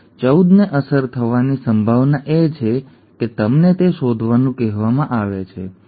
14 ને અસર થવાની સંભાવના એ છે કે તમને તે શોધવાનું કહેવામાં આવે છે ઠીક છે